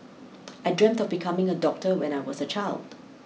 I dreamt of becoming a doctor when I was a child